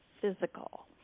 physical